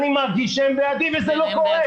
אני מרגיש שהם בעדי וזה לא קורה.